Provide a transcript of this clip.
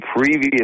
previous